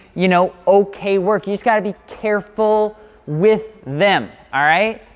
you know, okay work. you just gotta be careful with them, alright?